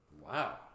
Wow